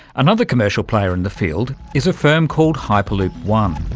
another commercial player in the field is a firm called hyperloop one.